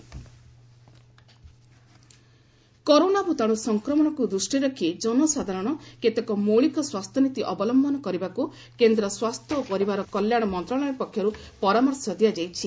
health advisory corona ଭୂତାଣୁ ସଂକ୍ରମଣକୁ ଦୃଷ୍ଟିରେ ରଖି ଜନସାଧାରଣ କେତେକ ମୌଳିକ ସ୍ୱାସ୍ଥ୍ୟ ନୀତି ଅବଲୟନ କରିବାକୁ କେନ୍ଦ୍ର ସ୍ୱାସ୍ଥ୍ୟ ଓ ପରିବାର କଲ୍ୟାଣ ମନ୍ତ୍ରଣାଳୟ ପକ୍ଷରୁ ପରାମର୍ଶ ଦିଆଯାଇଛି